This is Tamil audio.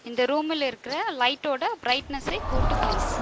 இந்த ரூமில் இருக்கிற லைட்டோட பிரைட்னஸை கூட்டு பிளீஸ்